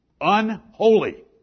unholy